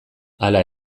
hala